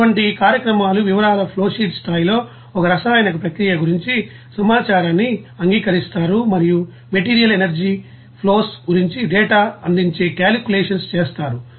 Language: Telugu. అటువంటి కార్యక్రమాలు వివరాల ఫ్లోషీట్ స్థాయిలో ఒక రసాయన ప్రక్రియ గురించి సమాచారాన్ని అంగీకరిస్తారు మరియు మెటీరియల్ ఎనర్జీ ఫ్లోస్ గురించి డేటాను అందించే క్యాలీక్యూలేషన్స్ చేస్తారు